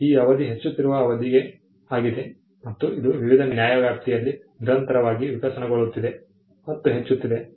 ಈ ಅವಧಿ ಹೆಚ್ಚುತ್ತಿರುವ ಅವಧಿ ಆಗಿದೆ ಮತ್ತು ಇದು ವಿವಿಧ ನ್ಯಾಯವ್ಯಾಪ್ತಿಯಲ್ಲಿ ನಿರಂತರವಾಗಿ ವಿಕಸನಗೊಳ್ಳುತ್ತಿದೆ ಮತ್ತು ಹೆಚ್ಚುತ್ತಿದೆ